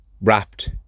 wrapped